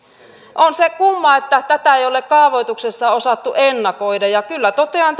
on se kumma että tätä ei ole kaavoituksessa osattu ennakoida kyllä totean